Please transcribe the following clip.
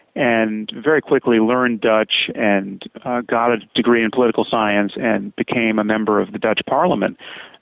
and very quickly learned dutch and got a degree in political science and became a member of the dutch parliament.